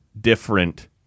different